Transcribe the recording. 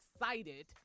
excited